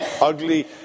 ugly